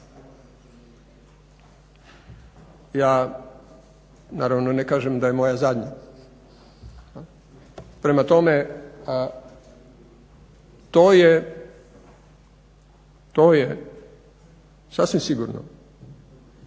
Ja naravno ne kažem da je moja zadnja. Prema tome to je sasvim sigurno